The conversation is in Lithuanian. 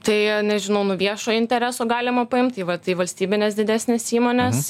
tai nežinau nu viešo intereso galima paimt tai va tai valstybinės didesnės įmonės